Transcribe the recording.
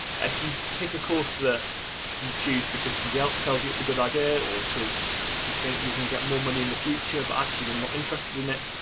if you pick a course that you choose because somebody else tells you it's a good idea or because you think you're going to get more money in the future but actually you're not interested in it,